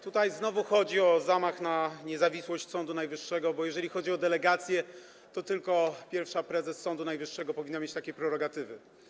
Tutaj znowu chodzi o zamach na niezawisłość Sądu Najwyższego, bo jeżeli chodzi o delegacje, to tylko pierwsza prezes Sądu Najwyższego powinna mieć takie prerogatywy.